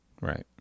Right